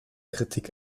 kritik